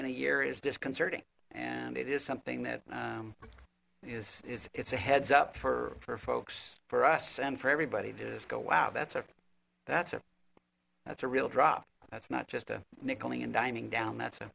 in a year is disconcerting and it is something that is is it's a heads up for for folks for us and for everybody to just go wow that's a that's a that's a real drop that's not just a nickel and diming down that's a